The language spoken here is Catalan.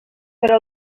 però